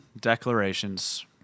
declarations